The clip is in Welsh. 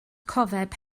cofeb